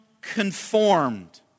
conformed